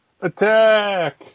Attack